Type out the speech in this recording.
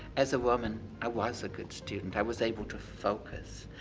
as a woman. i was a good student. i was able to focus.